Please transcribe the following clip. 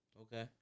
Okay